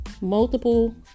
Multiple